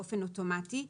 באופן אוטומטי,